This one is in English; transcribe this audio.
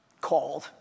called